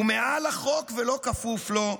הוא מעל החוק ולא כפוף לו,